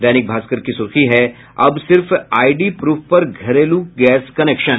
दैनिक भास्कर की सुर्खी है अब सिर्फ आईडी प्रफ पर घरेलू गैस कनेक्शन